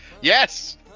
Yes